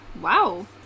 Wow